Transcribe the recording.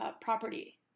property